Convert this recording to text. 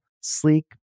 sleek